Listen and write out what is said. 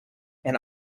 and